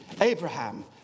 Abraham